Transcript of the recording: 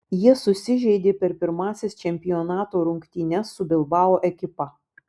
jie susižeidė per pirmąsias čempionato rungtynes su bilbao ekipa